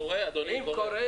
אם קורה,